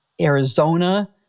Arizona